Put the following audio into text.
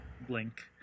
blink